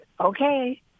okay